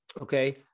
Okay